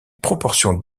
proportion